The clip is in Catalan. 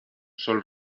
sol